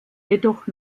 jedoch